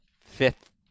fifth